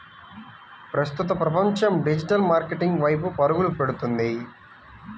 ప్రస్తుతం ప్రపంచం digital marketing వైపు పరుగులు పెడుతుంది